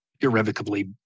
irrevocably